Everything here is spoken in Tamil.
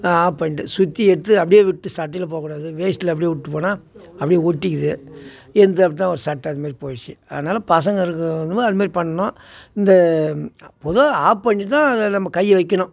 ஆப் பண்ணிட்டு ஸ்விட்சு எடுத்து அப்படியே விட்டு சட்டையில் போக கூடாது வேஷ்டியில் அப்படியே விட்டு போனால் அப்படியே ஒட்டிக்குது என்னுது அப்படி தான் ஒரு சட்டை அதுமாரி போய்டுச்சி அதனால் பசங்கள் இருக்கும் அதுமாரி பண்ணணும் இந்த பொதுவாக ஆப் பண்ணி தான் அதில் நம்ம கையை வைக்கணும்